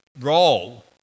role